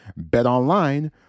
BetOnline